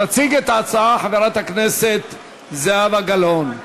תציג את ההצעה חברת הכנסת זהבה גלאון.